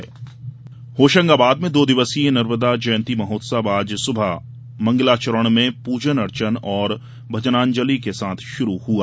नर्मदा जयंती होशंगाबाद में दो दिवसीय नर्मदा जयंती महोत्सव आज सुबह मंगलाचरण में पूजन अर्चन और भजनांजली के साथ शुरू हुआ